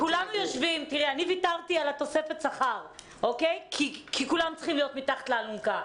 אני ויתרתי על תוספת השכר כי כולם צריכים להיות מתחת לאלונקה.